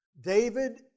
David